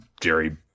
Jerry